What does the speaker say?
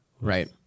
Right